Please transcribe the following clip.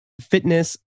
fitness